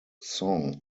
song